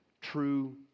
true